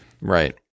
Right